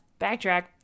Backtrack